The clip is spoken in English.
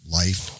life